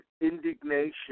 indignation